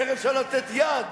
איך אפשר לתת יד